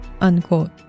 Unquote